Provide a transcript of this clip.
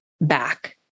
back